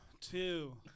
two